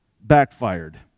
backfired